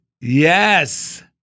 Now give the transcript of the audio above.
Yes